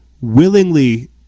willingly